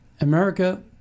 America